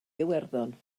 iwerddon